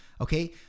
Okay